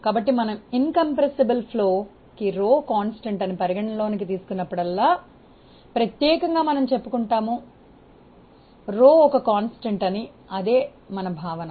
కాబట్టి మనం కుదించడానికి వీలుకాని ప్రవాహానికి రో స్థిరం అని పరిగణలోకి తీసుకున్నప్పుడల్లా ప్రత్యేకంగా మనం చెప్పుకుంటాం రో ఒక స్థిరంకం అనిఅదే మన భావన